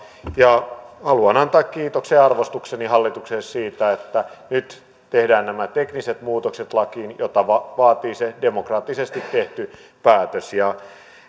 ja haluan antaa kiitoksen ja arvostukseni hallitukselle siitä että nyt tehdään nämä tekniset muutokset lakiin mitä vaatii se demokraattisesti tehty päätös